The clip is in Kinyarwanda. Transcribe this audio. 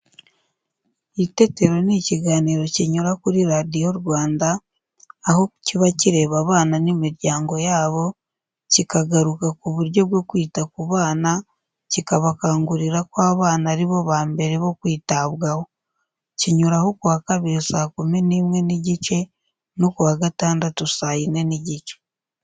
Itetero ni ikiganiro kinyura kuri Radiyo Rwanda, aho kiba kireba abana n'imiryango yabo, kikagaruka ku buryo bwo kwita ku bana, kikabakangurira ko abana ari bo ba mbere bo kwitabwaho. Kinyuraho ku wa Kabiri saa kumi n'imwe n'igice no ku wa Gatandatu saa yine n'igice.